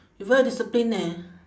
you very disciplined eh